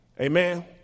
Amen